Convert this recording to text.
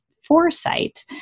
foresight